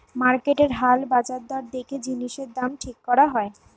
মার্কেটের হাল বাজার দর দেখে জিনিসের দাম ঠিক করা হয়